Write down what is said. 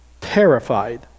Terrified